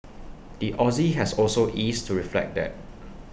the Aussie has also eased to reflect that